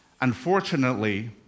Unfortunately